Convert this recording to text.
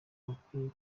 bakwiye